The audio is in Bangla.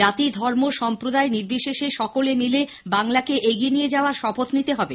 জাতি ধর্ম সম্প্রদায় নির্বিশেষে সকলে মিলে বাংলাকে এগিয়ে নিয়ে যাওয়ার শপথ নিতে হবে